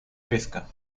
pesca